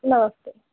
नमस्ते